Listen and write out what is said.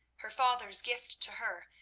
her father's gift to her,